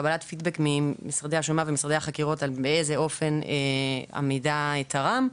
קבלת פידבק ממשרדי השומה ומשרדי החקירות על השאלה באיזה אופן המידע תרם.